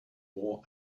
wore